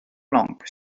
langues